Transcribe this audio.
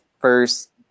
first